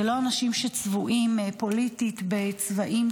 זה לא אנשים שצבועים פוליטית בצבעים